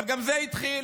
אבל גם זה התחיל